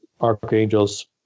archangels